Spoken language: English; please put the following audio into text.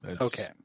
okay